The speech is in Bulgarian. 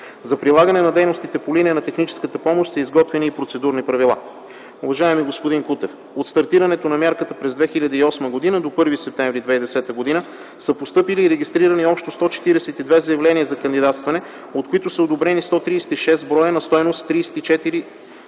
За прилагане на дейностите по линия на техническата помощ са изготвени процедурни правила. Уважаеми господин Кутев, от стартирането на мярката през 2008 г. до 1 септември 2010 г. са постъпили и регистрирани общо 142 заявления за кандидатстване, от които са одобрени 136 броя на стойност 136,3